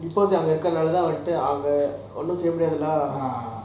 அங்க இருக்குறது நாலா தான் ஒன்னும் செய்ய முடியாது:anga irukurathu naala thaan onum seiya mudiyathu lah